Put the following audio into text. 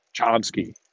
Chomsky